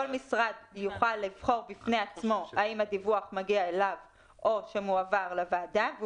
כל משרד יוכל לבחור בפני עצמו האם הדיווח מגיע אליו או שמועבר לוועדה,